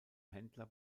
händler